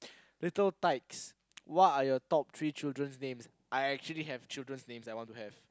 little types what are your top three children's names I actually have children names I want to have